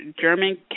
German